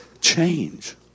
Change